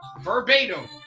verbatim